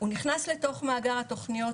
הוא נכנס לתוך מאגר התוכניות,